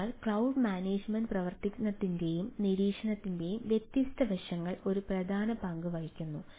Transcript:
അതിനാൽ cloud management പ്രവർത്തനത്തിന്റെയും നിരീക്ഷണത്തിന്റെയും വ്യത്യസ്ത വശങ്ങൾ ഒരു പ്രധാന പങ്ക് വഹിക്കുന്നു